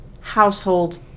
household